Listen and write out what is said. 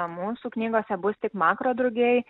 mūsų knygose bus tik makro drugiai